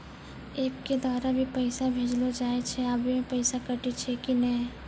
App के द्वारा भी पैसा भेजलो जाय छै आबै मे पैसा कटैय छै कि नैय?